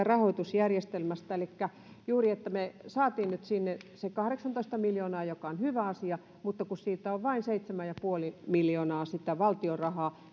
rahoitusjärjestelmästä elikkä juuri sen että me saimme nyt sinne sen kahdeksantoista miljoonaa mikä on hyvä asia mutta siitä on vain seitsemän pilkku viisi miljoonaa sitä valtion rahaa